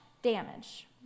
Damage